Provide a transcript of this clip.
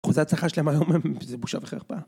אחוזי הצלחה שלהם היום זה בושה וחרפה